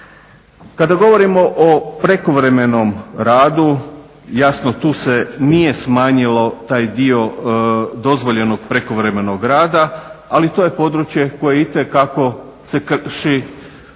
Kada govorimo o prekovremenom radu, jasno tu se nije smanjilo taj dio dozvoljenog prekovremenog rada, ali to je područje koje itekako se krši.